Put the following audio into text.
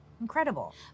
incredible